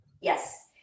Yes